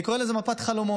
אני קורא לזה מפת חלומות.